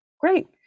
Great